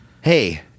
Hey